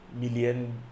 million